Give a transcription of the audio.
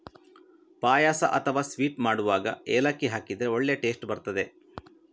ಪಾಯಸ ಅಥವಾ ಸ್ವೀಟ್ ಮಾಡುವಾಗ ಏಲಕ್ಕಿ ಹಾಕಿದ್ರೆ ಒಳ್ಳೇ ಟೇಸ್ಟ್ ಬರ್ತದೆ